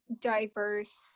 diverse